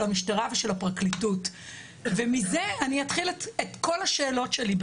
של המשטרה ושל הפרקליטות ומזה אני אתחיל את כל השאלות שלי,